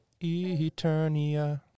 Eternia